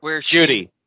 Judy